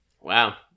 Wow